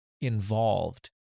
involved